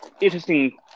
interesting